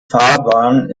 fahrbahn